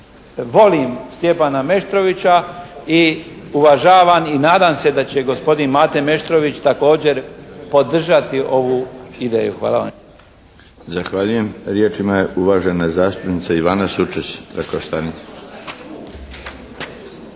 Volim Stjepana Meštrovića i uvažavam i nadam se da će i gospodin Mate Meštrović također podržati ovu ideju. Hvala vam. **Milinović, Darko (HDZ)** Zahvaljujem. Riječ ima uvažena zastupnica Ivana Sučec-Trakoštanec.